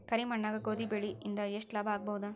ಕರಿ ಮಣ್ಣಾಗ ಗೋಧಿ ಬೆಳಿ ಇಂದ ಎಷ್ಟ ಲಾಭ ಆಗಬಹುದ?